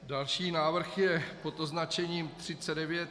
Další návrh je pod označením 39.